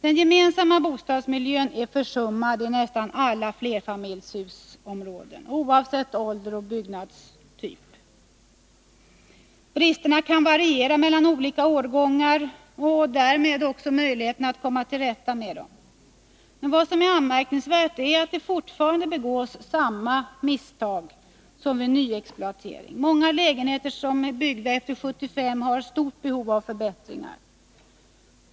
Den gemensamma bostadsmiljön är försummad i nästan alla flerfamiljshusområden, oavsett ålder och byggnadstyp. Bristerna kan variera mellan olika årgångar och därmed också möjligheterna att komma till rätta med dem. Men vad som är anmärkningsvärt är att det fortfarande begås samma misstag vid nyexploatering. Många lägenheter som är byggda efter 1975 är i stort behov av förbättringar.